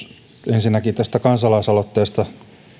ensinnäkin tästä kansalaisaloitteesta